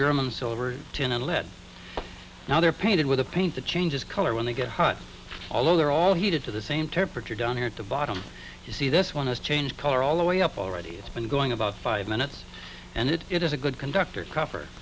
german silver tin and lead now they're painted with a paint the changes color when they get hot although they're all heated to the same temperature down here at the bottom you see this one has changed color all the way up already it's been going about five minutes and it it is a good conductor cover